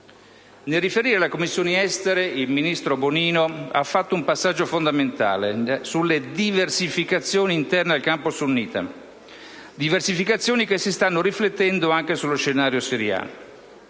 Nel riferire alle Commissioni esteri, il ministro Bonino ha fatto un passaggio fondamentale sulle diversificazioni interne al campo sunnita, diversificazioni che si stanno riflettendo anche sullo scenario siriano.